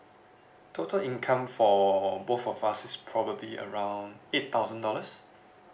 total income for both of us is probably around eight thousand dollars